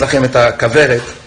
זה ראש העיר החדש שנבחר בשעה טובה,